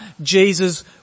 Jesus